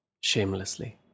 Shamelessly